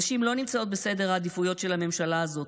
נשים לא נמצאות בסולם העדיפויות של הממשלה הזאת,